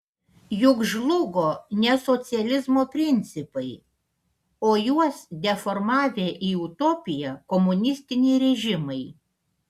juk žlugo ne socializmo principai o juos deformavę į utopiją komunistiniai režimai